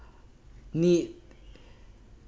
need